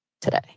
today